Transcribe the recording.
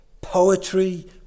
poetry